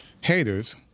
haters